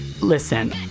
Listen